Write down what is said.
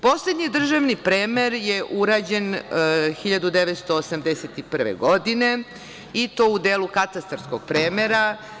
Poslednji državni premer je urađen 1981. godine i to u delu katastarskog premera.